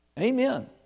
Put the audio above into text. Amen